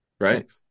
right